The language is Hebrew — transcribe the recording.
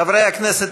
חברי הכנסת,